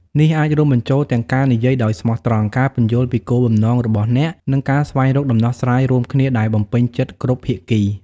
នេះអាចរួមបញ្ចូលទាំងការនិយាយដោយស្មោះត្រង់ ការពន្យល់ពីគោលបំណងរបស់អ្នក និងការស្វែងរកដំណោះស្រាយរួមគ្នាដែលបំពេញចិត្តគ្រប់ភាគី។